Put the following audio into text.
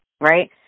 right